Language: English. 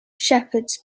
shepherds